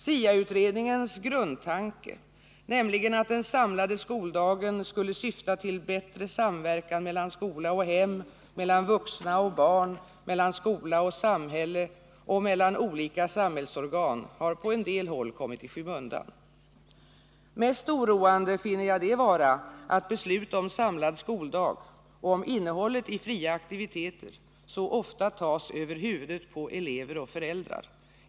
SIA-utredningens grundtanke, nämligen att den samlade skoldagen skall syfta till bättre samverkan mellan skola och hem, mellan vuxna och barn, mellan skola och samhälle och mellan olika samhällsorgan, har på en del håll kommit i skymundan. Mest oroande finner jag det vara att beslut om samlad skoldag och om innehållet i fria aktiviteter så ofta fattas över huvudet på elever och föräldrar.